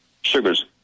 sugars